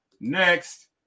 next